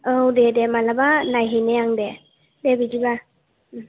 औ दे दे मालाबा नायहैनि आं दे दे बिदिबा